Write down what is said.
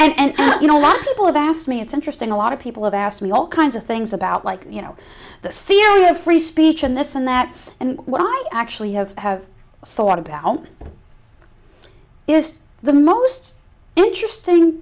yummy and you know a lot of people have asked me it's interesting a lot of people have asked me all kinds of things about like you know the c e o of free speech and this and that and what i actually have have sought about is the most interesting